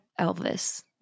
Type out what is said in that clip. Elvis